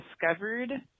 discovered